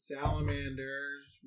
Salamanders